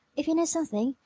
if you know something,